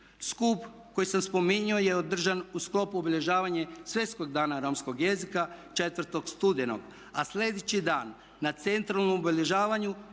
Skup koji sam spominjao je održan u sklopu obilježavanja Svjetskog dana romskog jezika 4. studenog a sljedeći dan na centralnom obilježavanju